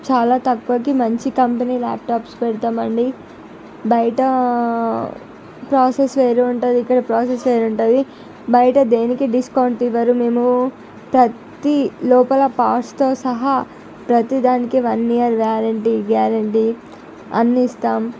చాలా తక్కువకి మంచి కంపెనీ ల్యాప్టాప్స్ పెడుతామండి బయట ప్రాసెస్ వేరుగా ఉంటుంది ఇక్కడ ప్రాసెస్ వేరు ఉంటుంది బయట దేనికీ డిస్కౌంట్ ఇవ్వరు మేము ప్రతీ లోపల పార్ట్స్తో సహా ప్రతి దానికి వన్ ఇయర్ వ్యారెంటి గ్యారెంటీ అందిస్తాం